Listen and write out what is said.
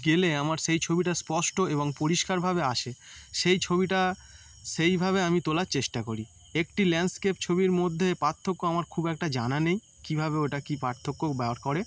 গেলে আমার সেই ছবিটা স্পষ্ট এবং পরিষ্কারভাবে আসে সেই ছবিটা সেইভাবে আমি তোলার চেষ্টা করি একটি ল্যান্ডস্কেপ ছবির মধ্যে পাত্থক্য আমার খুব একটা জানা নেই কীভাবে ওটা কী পার্থক্য বার করে